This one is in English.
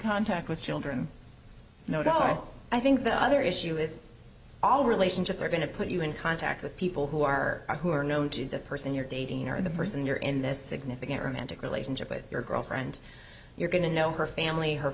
contact with children no dollar i think the other issue is all relationships are going to put you in contact with people who are or who are known to the person you're dating or the person you're in this significant romantic relationship with your girlfriend you're going to know her family her